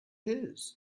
his